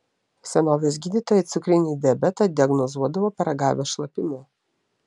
senovės gydytojai cukrinį diabetą diagnozuodavo paragavę šlapimo